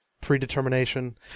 predetermination